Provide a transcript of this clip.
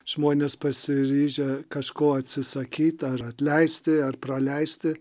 žmonės pasiryžę kažko atsisakyti ar atleisti ar praleisti